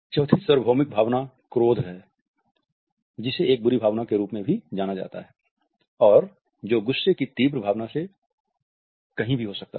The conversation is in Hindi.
चौथी सार्वभौमिक भावना क्रोध है जिसे एक बुरी भावना के रूप में जाना जाता है और जो गुस्से की तीव्र भावना से कहीं भी हो सकता है